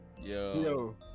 Yo